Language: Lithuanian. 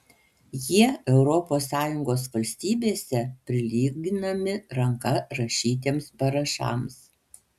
jie europos sąjungos valstybėse prilyginami ranka rašytiems parašams